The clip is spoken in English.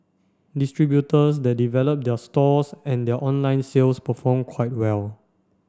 distributors that develop their stores and their online sales perform quite well